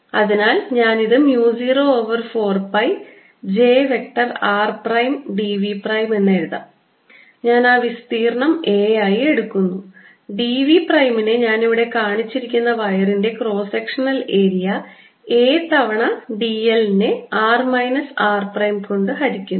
അതിനാൽ ഞാൻ ഇത് mu 0 over 4 pi j vector r prime d v prime എന്ന് എഴുതാം ഞാൻ ആ വിസ്തീർണ്ണം A ആയി എഴുതുന്നു d v പ്രൈമിനെ ഞാൻ ഇവിടെ കാണിച്ചിരിക്കുന്ന വയറിൻറെ ക്രോസ് സെക്ഷണൽ ഏരിയ a തവണ d l നെ r മൈനസ് r പ്രൈം കൊണ്ട് ഹരിക്കുന്നു